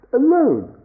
alone